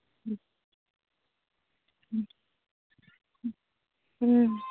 ம் ம் ம் ம்